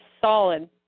solid